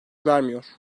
vermiyor